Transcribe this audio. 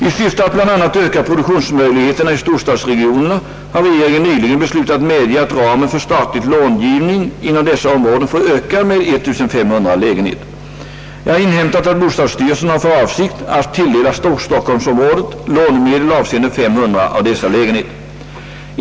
I syfte att bl.a. öka produktionsmöjligheterna i storstadsregionerna har regeringen nyligen beslutat medge att ramen för statlig långivning inom dessa områden får öka med 1500 lägenheter. Jag har inhämtat att bostadsstyrelsen har för avsikt att tilldela Storstockholmsområdet lånemedel avseende 500 av dessa lägenheter.